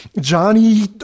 Johnny